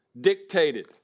dictated